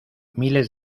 miles